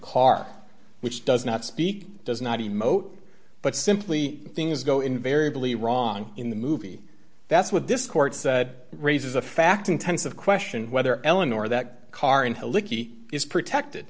car which does not speak does not a motor but simply things go invariably wrong in the movie that's what this court said raises a fact intensive question whether eleanor that car into licky is protected